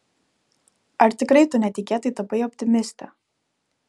ar tikrai tu netikėtai tapai optimiste